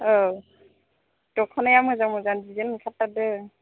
औ दख'नाया मोजां मोजां डिजाइन ओंखारथारदों